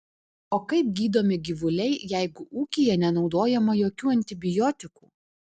o kaip gydomi gyvuliai jeigu ūkyje nenaudojama jokių antibiotikų